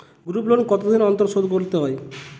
Group loan কতদিন অন্তর শোধকরতে হয়?